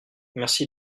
merci